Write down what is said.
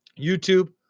youtube